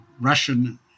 Russian